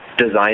design